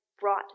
brought